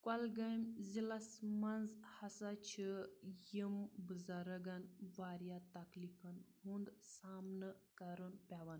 کۄلگٲم ضِلَس منٛز ہَسا چھِ یِم بُزرگَن واریاہ تکلیٖفَن ہُنٛد سامنہٕ کَرُن پٮ۪وان